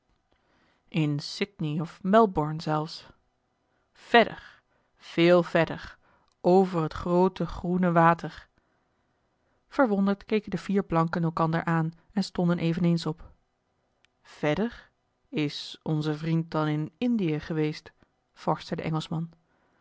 in sidney of melbourne zelfs verder veel verder over het groote groene water verwonderd keken de vier blanken elkander aan en stonden eveneens op verder is onze vriend dan in indië geweest vorschte de